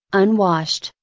unwashed,